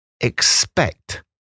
Expect